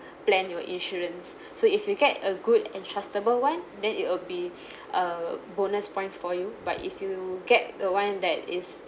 plan your insurance so if you get a good and trustable one then it'll be a bonus point for you but if you get a one that is